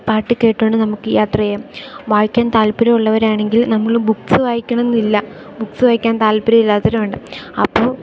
പാട്ടു കേട്ടുകൊണ്ട് നമുക്ക് ഈ യാത്ര ചെയ്യാം വായിക്കാൻ താല്പര്യം ഉള്ളവരാണെങ്കിൽ നമ്മൾ ബുക്സ് വായിക്കണം എന്നില്ല ബുക്സ് വായിക്കാൻ താൽപര്യം ഇല്ലാത്തവരും ഉണ്ട് അപ്പോൾ